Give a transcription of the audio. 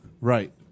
Right